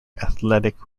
athletic